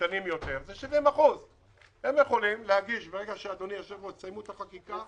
הקטנים יותר הם 70%. מרגע שתסיימו את החקיקה,